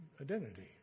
identity